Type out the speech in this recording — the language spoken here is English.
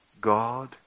God